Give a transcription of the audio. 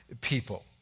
people